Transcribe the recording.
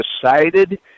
decided